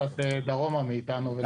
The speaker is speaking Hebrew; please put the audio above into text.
הם קצת יותר דרומיים מאיתנו.